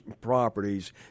properties